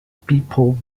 people